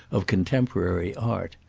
of contemporary art.